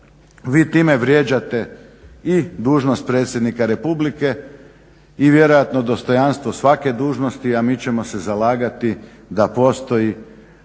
Vi time vrijeđate i dužnost predsjednika Republike i vjerojatno dostojanstvo svake dužnosti, a mi ćemo se zalagati da postoji